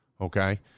Okay